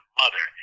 mother